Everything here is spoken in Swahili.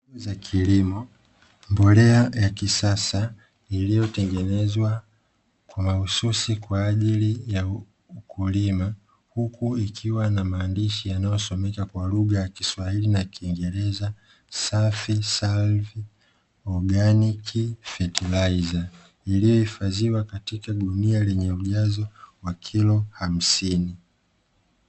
Bidhaa za kilimo mbolea ya kisasa iliyotengenezwa mahususi kwa ajili ya kulima, huku ikiwa na maandishi yaliyosomeka kwa lugha ya kiswahili na kingereza safi "salvi organic fertilizer" iliyohifadhiwa katika gunia lenye ujazo wa kilo hamsini.